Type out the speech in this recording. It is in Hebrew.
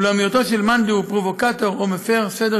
אולם היותו של מאן דהוא פרובוקטור או מפר סדר